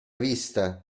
vista